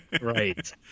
right